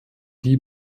die